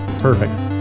Perfect